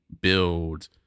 build